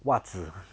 袜子